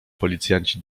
policjanci